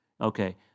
Okay